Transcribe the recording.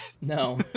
No